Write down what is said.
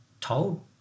told